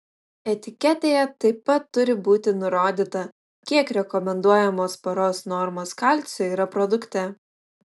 etiketėje taip pat turi būti nurodyta kiek rekomenduojamos paros normos kalcio yra produkte